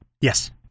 Yes